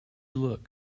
look